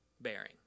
bearing